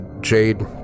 jade